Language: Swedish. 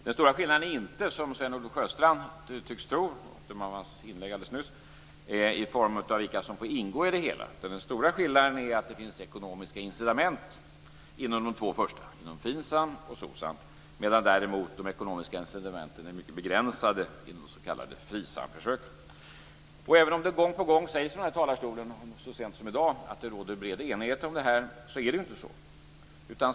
Den stora skillnaden är inte, som Sven-Erik Sjöstrand nu tycks tro, att döma av hans inlägg alldeles nyss, vilka som får ingå i det hela, utan den stora skillnaden är att det finns ekonomiska incitament inom de två första, FINSAM och SOCSAM, medan däremot de ekonomiska incitamenten är mycket begränsade inom de s.k. FRISAM-försöken. Även om det gång på gång sägs från denna talarstol, så sent som i dag, att det råder bred enighet om detta, är det ju inte så.